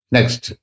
Next